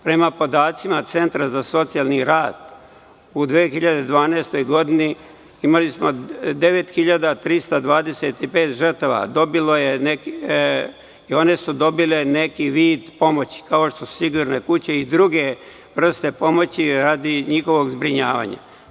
Prema podacima centra za socijalni rad u 2012. godini imali smo 9.325 žrtava i one su dobile neki vid pomoći, kao što su sigurne kuće i druge vrste pomoći, radi njihovog zbrinjavanja.